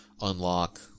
unlock